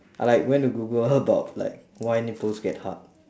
I like went to google about like why nipples get hard